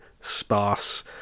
sparse